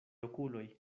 okuloj